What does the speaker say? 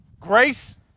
grace